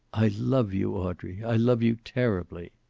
i love you, audrey. i love you terribly.